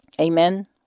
Amen